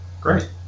Great